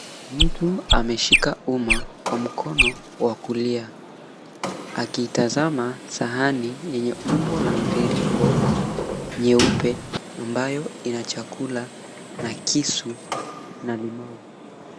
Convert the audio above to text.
Mtu ameshika umma kwa mkono wa kulia akitazama sahani yenye umbo la mviringo nyeupe ambayo ina chakula na kisu na limau.